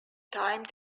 time